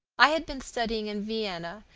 i had been studying in vienna,